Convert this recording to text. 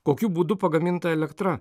kokiu būdu pagaminta elektra